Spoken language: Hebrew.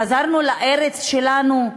חזרנו לארץ שלנו?